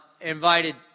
invited